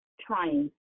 trying